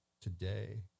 today